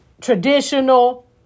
traditional